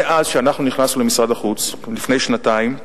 מאז נכנסנו למשרד החוץ, לפני שנתיים,